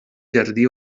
jardí